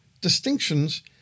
distinctions